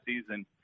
season